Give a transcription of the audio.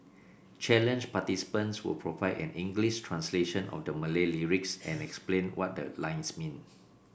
challenge participants will provide an English translation of the Malay lyrics and explain what the lines mean